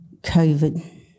COVID